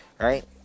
right